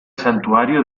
santuario